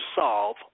solve